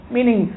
Meaning